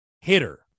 hitter